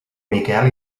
miquel